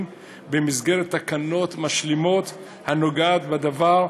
במסגרת תקנות המשלימות הנוגעות בדבר,